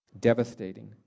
devastating